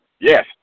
yes